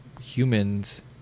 humans